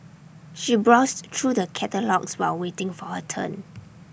she browsed through the catalogues while waiting for her turn